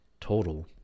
total